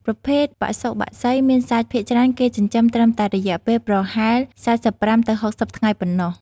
ប្រភេទបសុបក្សីមាន់សាច់ ភាគច្រើនគេចិញ្ចឹមត្រឹមតែរយៈពេលប្រហែល ៤៥ ទៅ ៦០ ថ្ងៃប៉ុណ្ណោះ។